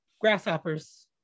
Grasshoppers